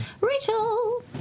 Rachel